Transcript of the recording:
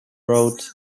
road